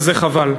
וזה חבל.